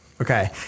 okay